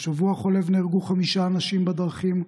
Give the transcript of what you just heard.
בשבוע החולף נהרגו חמישה אנשים בדרכים,